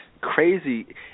crazy